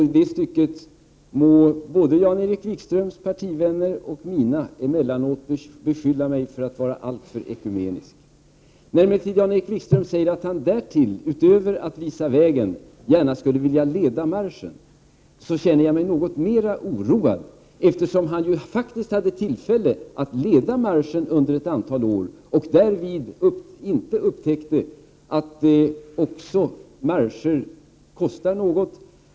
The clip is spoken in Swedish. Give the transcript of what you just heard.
I det stycket må både Jan-Erik yr TESEN ARAR Wikströms partivänner och mina emellanåt beskylla mig för att ha varit alltför ekumenisk. När Jan-Erik Wikström säger att han därtill, utöver att visa vägen, gärna skulle vilja leda marschen, känner jag mig emellertid något mera oroad, eftersom han ju faktiskt hade tillfälle att leda marschen under ett antal år, men därvid inte upptäckte att marscher också kostar något.